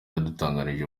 yadutangarije